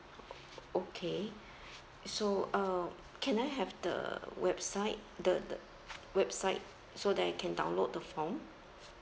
okay so uh can I have the website the the website so that I can download the form